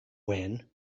when